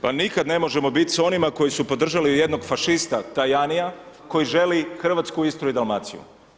Pa nikada ne možemo biti s onima koji su podržali jednog fašista Tajanija, koji želi Hrvatsku, Istru i Dalmaciju.